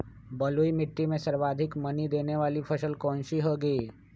बलुई मिट्टी में सर्वाधिक मनी देने वाली फसल कौन सी होंगी?